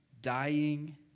Dying